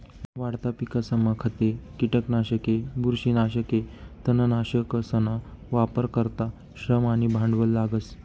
वाढता पिकसमा खते, किटकनाशके, बुरशीनाशके, तणनाशकसना वापर करता श्रम आणि भांडवल लागस